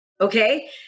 okay